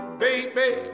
baby